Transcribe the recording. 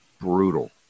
brutal